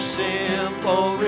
simple